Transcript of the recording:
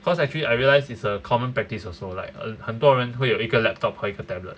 cause actually I realized it's a common practice also like uh 很多人会有一个 laptop 和一个 tablet